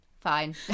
fine